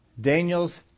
Daniel's